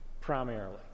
primarily